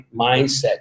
mindset